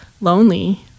lonely